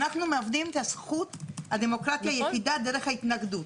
אנחנו מאבדים את זכות הדמוקרטיה היחידה דרך ההתנגדות,